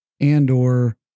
and/or